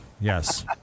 yes